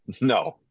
No